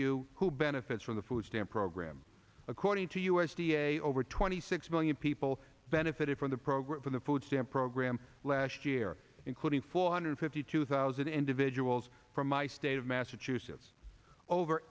you who benefits from the food stamp program according to u s d a over twenty six million people benefited from the program from the food stamp program last year including four hundred fifty two thousand individuals from my state of massachusetts over